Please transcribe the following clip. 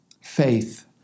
faith